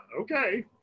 okay